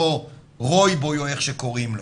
אותו רוי בוי או איך שקוראים לו.